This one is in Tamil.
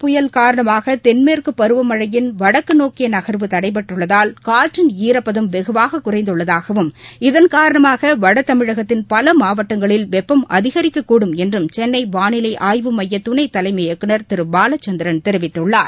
புயல் காரணமாக தென்மேற்கு பருவமழையின் வடக்கு நோக்கிய நகர்வு வாயு தடைபப்பட்டுள்ளதால் காற்றின் ஈரப்பதம் வெகுவாக குறைந்தள்ளதாகவும் இதன் காரணமாக வடதமிழகத்தின் பல மாவட்டங்களில் வெப்பம் அதிகரிக்கக்கூடும் என்றும் சென்னை வானிலை ஆய்வு மைய துணைத்தலைமை இயக்குநர் திரு பாலசந்திரன் தெரிவித்துள்ளார்